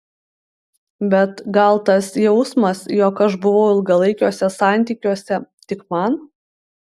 bet gal tas jausmas jog aš buvau ilgalaikiuose santykiuose tik man